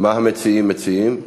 מה המציעים מציעים?